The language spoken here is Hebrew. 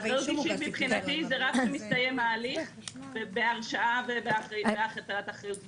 אחריות אישית מבחינתי זה רק כשמסתיים ההליך בהרשעה והטלת אחריות אישית.